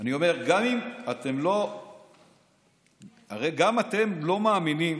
אני אומר, הרי גם אתם לא מאמינים